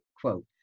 quote